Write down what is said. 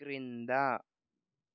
క్రింద